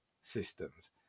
systems